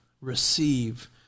receive